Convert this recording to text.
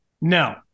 No